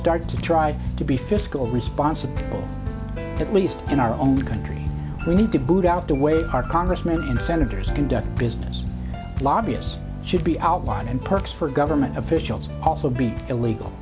start to try to be fiscally responsible at least in our own country we need to boot out the way our congressmen and senators conduct business lobbyists should be outlawed and perks for government officials also be illegal